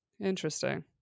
Interesting